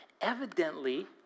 evidently